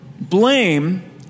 blame